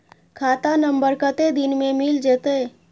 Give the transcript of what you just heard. खाता नंबर कत्ते दिन मे मिल जेतै?